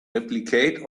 replicate